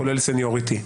כולל סניוריטי.